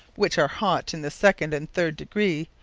which are hot in the second and third degree,